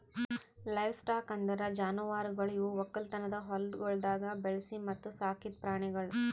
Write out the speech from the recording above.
livestock ಅಂದುರ್ ಜಾನುವಾರುಗೊಳ್ ಇವು ಒಕ್ಕಲತನದ ಹೊಲಗೊಳ್ದಾಗ್ ಬೆಳಿಸಿ ಮತ್ತ ಸಾಕಿದ್ ಪ್ರಾಣಿಗೊಳ್